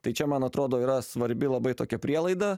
tai čia man atrodo yra svarbi labai tokia prielaida